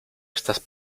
estás